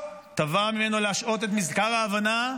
תבע ממנו להשעות את מזכר ההבנה,